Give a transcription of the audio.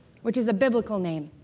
which is a biblical name.